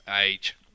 age